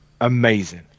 amazing